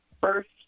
first